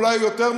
אולי יותר,